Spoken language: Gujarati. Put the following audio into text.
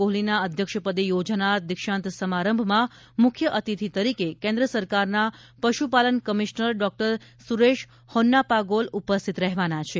કોહલીના અધ્યક્ષપદે યોજાનાર દિક્ષાંત સમારંભમાં મુખ્ય અતિથિ તરીકે કેન્દ્ર સરકારના પશ્રપાલન કમિશનર ડોક્ટર સુરેશ હોન્નાપાગોલ ઉપસ્થિત રહેવાના છે